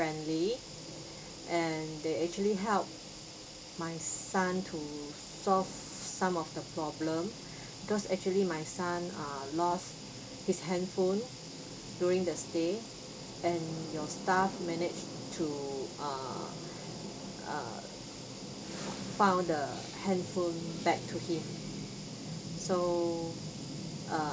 friendly and they actually help my son to solve some of the problem because actually my son err lost his handphone during the stay and your staff managed to err uh found the handphone back to him so uh